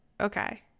Okay